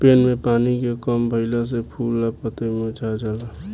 पेड़ में पानी के कम भईला से फूल आ पतई मुरझा जाला